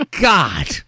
God